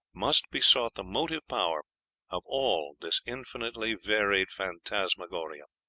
must be sought the motive power of all this infinitely varied phantasmagoria.